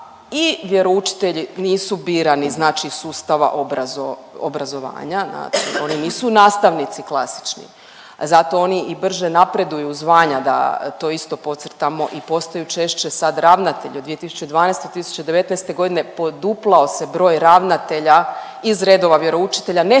i vjeroučitelji nisu birani znači iz sustava obrazovanja, znači oni nisu nastavnici klasični zato oni i brže napreduju u zvanja da to isto podcrtamo i postaju češće sad ravnatelji, od 2012. do 2019.g. poduplao se broj ravnatelja iz redova vjeroučitelja, ne